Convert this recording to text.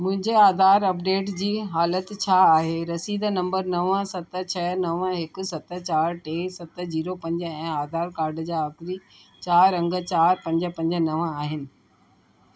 मुंहिंजे आधार अपडेट जी हालति छा आहे रसीद नंबर नव सत छह नव हिकु सत चारि टे सत जीरो पंज ऐं आधार कार्ड जा आख़िरी चारि अंग चारि पंज पंज नव आहिनि